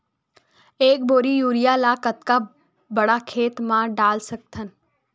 एक बोरी यूरिया ल कतका बड़ा खेत म डाल सकत हन?